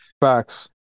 Facts